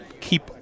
keep